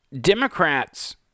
Democrats